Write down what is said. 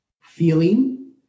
feeling